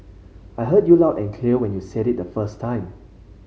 I heard you loud and clear when you said it the first time